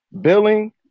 billing